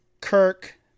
Kirk